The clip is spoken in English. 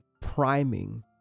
priming